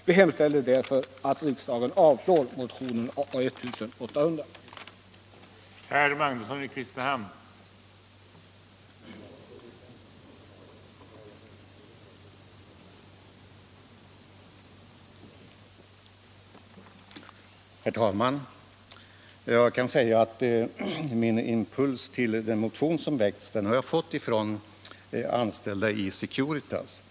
Jag hemställer därför, herr talman, att riksdagen avslår motionen 1975/76:1800.